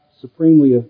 supremely